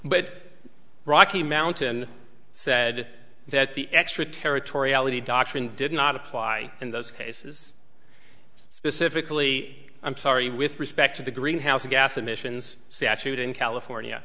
but rocky mountain said that the extraterritoriality doctrine did not apply in those cases specifically i'm sorry with respect to the greenhouse gas emissions saturated in california